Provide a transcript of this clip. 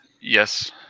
Yes